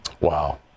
Wow